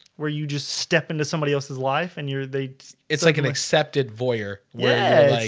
where you just step into somebody else's life and you're they it's like an accepted voyeur. yeah.